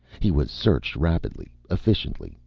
he was searched rapidly, efficiently.